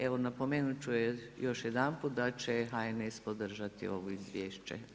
Evo napomenuti ću još jedanput da će HNS podržati ovo izvješće.